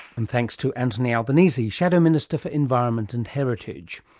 and thanks to anthony albanese, shadow minister for environment and heritage.